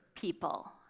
people